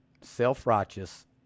self-righteous